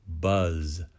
buzz